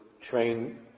train